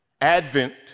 Advent